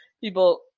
People